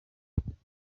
afurika